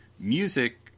Music